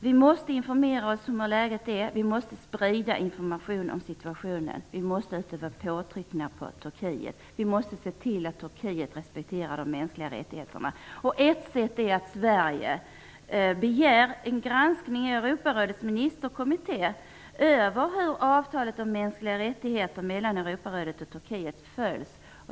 Vi måste informera oss om hur läget är. Vi måste sprida information om situationen. Vi måste utöva påtryckningar på Turkiet. Vi måste se till att Turkiet respekterar de mänskliga rättigheterna. Ett sätt är att Sverige begär en granskning av Europarådets ministerkommitté över hur avtalet om de mänskliga rättigheterna mellan Europarådet och Turkiet följs.